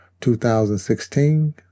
2016